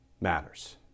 matters